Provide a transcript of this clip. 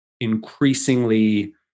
increasingly